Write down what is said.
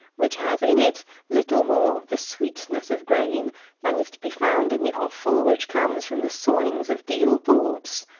which has in it little more of the sweetness of grain than is to be found in the offal which comes from the sawings of deal boards.